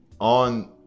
on